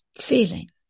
feeling